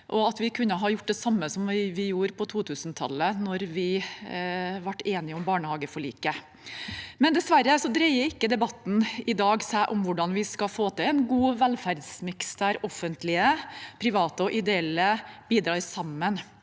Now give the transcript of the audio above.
og at vi kunne ha gjort det samme som vi gjorde på 2000-tallet, da vi ble enige om barnehageforliket. Dessverre dreier ikke debatten i dag seg om hvordan vi skal få til en god velferdsmiks, der offentlige, private og ideelle bidrar sammen.